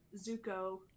Zuko